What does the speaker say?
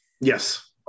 yes